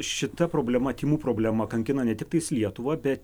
šita problema tymų problema kankina ne tiktais lietuvą bet